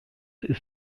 ist